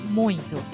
muito